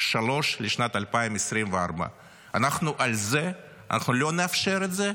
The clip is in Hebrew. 3 לשנת 2024. אנחנו לא נאפשר את זה,